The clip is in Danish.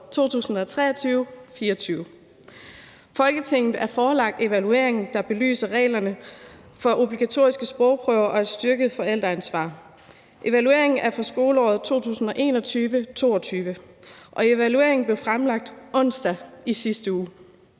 2023-24. Folketinget er forelagt evalueringen, der belyser reglerne for obligatoriske sprogprøver og et styrket forældreansvar. Evalueringen er for skoleåret 2021/22, og den blev fremlagt onsdag i sidste uge.